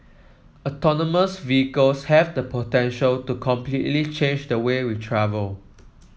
autonomous vehicles have the potential to completely change the way we travel